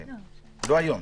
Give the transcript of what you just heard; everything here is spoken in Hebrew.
לא היום.